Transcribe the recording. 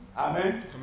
Amen